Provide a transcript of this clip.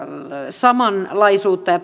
samanlaisuudella ja